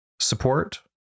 support